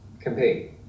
campaign